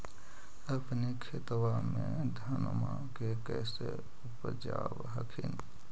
अपने खेतबा मे धन्मा के कैसे उपजाब हखिन?